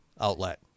outlet